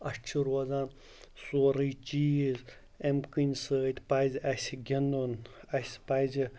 اَسہِ چھِ روزان سورُے چیٖز اَمہِ کِنۍ سۭتۍ پَزِ اَسہِ گِنٛدُن اَسہِ پَزِ